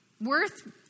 worth